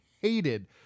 hated